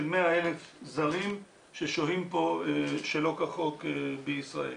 100,000 זרים ששוהים פה שלא כחוק בישראל.